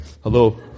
Hello